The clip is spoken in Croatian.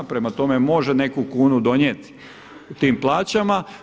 Prema tome može neku kunu donijeti tim plaćama.